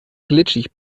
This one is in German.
glitschig